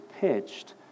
pitched